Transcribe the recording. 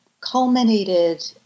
culminated